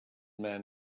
man